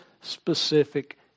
specific